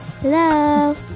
Hello